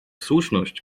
słuszność